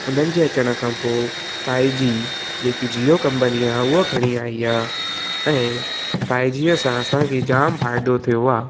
उन्हनि जे अचण खां पोइ फाइव जी जेकि जीओ कंपनी आहे उहा खणी आई आहे ऐं फाइव जीअ सां असांखे जाम फ़ाइदो थियो आहे